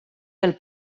del